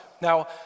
Now